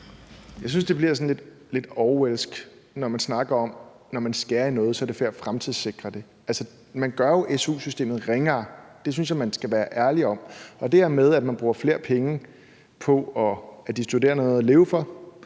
Jeg synes, det bliver lidt orwellsk, når man snakker om, at når man skærer i noget, er det for at fremtidssikre det. Altså, man gør jo su-systemet ringere, og det synes jeg man skal være ærlig om. Og hvad angår det her med, at man bruger flere penge på, at de studerende har noget at leve for,